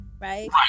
Right